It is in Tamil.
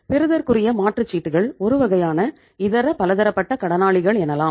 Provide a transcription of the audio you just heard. பெறுதற்குரிய மாற்று சீட்டுகள் ஒருவகையான இதர பலதரப்பட்ட கடனாளிகள் எனலாம்